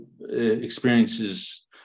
experiences